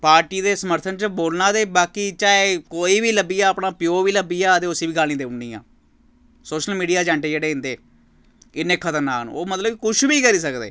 party समर्थन च बोलना ते बाकी चाहे कोई बी लब्भी जा अपना प्योऽ बी लब्भी जा ते उसी बी गालीं देई ओड़नियां सोशल मीडिया अजेंट जेह्ड़े इं'दे इन्ने खतरनाक न ओह् मतलब कि कुछ बी करी सकदे